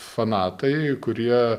fanatai kurie